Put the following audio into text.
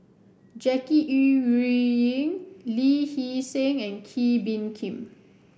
Jackie Yi Ru Ying Lee Hee Seng and Kee Bee Khim